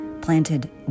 planted